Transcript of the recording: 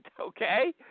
okay